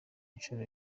inshuro